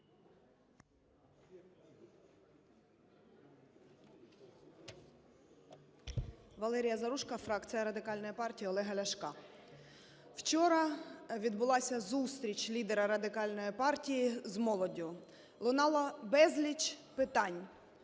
Валерія Заружко, фракція Радикальної партії Олега Ляшка. Вчора відбулася зустріч лідера Радикальної партії з молоддю, лунало безліч питань